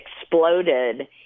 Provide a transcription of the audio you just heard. exploded